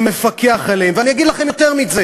מי מפקח עליהם.